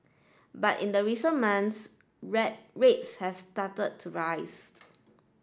but in the recent months red rates have started to rise